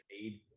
paid